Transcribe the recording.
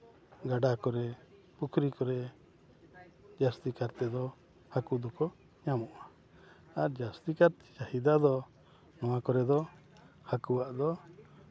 ᱜᱟᱰᱟ ᱠᱚᱨᱮ ᱯᱩᱠᱷᱨᱤ ᱠᱚᱨᱮ ᱡᱟᱹᱥᱛᱤ ᱠᱟᱛᱮᱫ ᱫᱚ ᱦᱟᱹᱠᱩ ᱫᱚᱠᱚ ᱧᱟᱢᱚᱜᱼᱟ ᱟᱨ ᱡᱟᱹᱥᱛᱤ ᱠᱟᱛᱮᱫ ᱪᱟᱹᱦᱤᱫᱟ ᱫᱚ ᱱᱚᱣᱟ ᱠᱚᱨᱮ ᱫᱚ ᱦᱟᱹᱠᱩᱣᱟᱜ ᱫᱚ